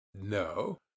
No